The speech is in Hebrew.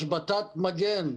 השבתת מגן.